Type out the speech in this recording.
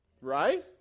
Right